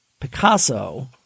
Picasso